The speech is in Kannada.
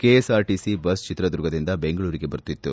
ಕೆಎಸ್ಆರ್ಟಿಸಿ ಬಸ್ ಚಿತ್ರದುರ್ಗದಿಂದ ಬೆಂಗಳೂರಿಗೆ ಬರುತ್ತಿತ್ತು